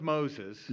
Moses